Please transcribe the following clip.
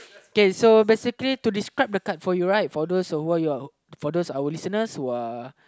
okay so basically to describe the card for you right for those over here for those our listeners who are